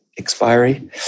expiry